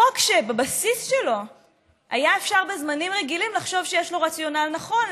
חוק שבבסיס שלו היה אפשר בזמנים רגילים לחשוב שיש לו רציונל נכון,